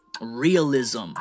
realism